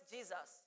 Jesus